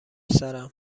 سرم